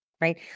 right